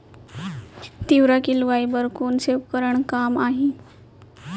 तिंवरा के लुआई बर कोन से उपकरण काम आही?